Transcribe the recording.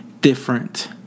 different